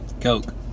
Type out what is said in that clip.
Coke